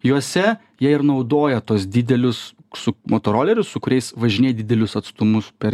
juose jie ir naudoja tuos didelius su motorolerius su kuriais važinė didelius atstumus per